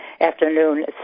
afternoon